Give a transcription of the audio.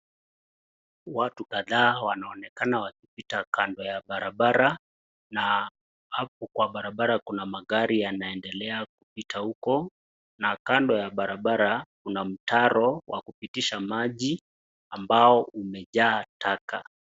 Watu kadhaa wanaonekana wakipita kando ya barabara na hapo kwa barabara kuna magari yanaedelea kupita uko na kando ya barabara kuna mtaro wa kupitisha maji ambao umejaa taka.